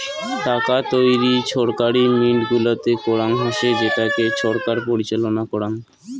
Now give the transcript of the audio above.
টাকা তৈরী ছরকারি মিন্ট গুলাতে করাঙ হসে যেটাকে ছরকার পরিচালনা করাং